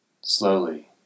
Slowly